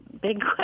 big